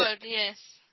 yes